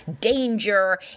danger